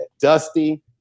dusty